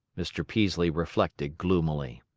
mr. peaslee reflected gloomily.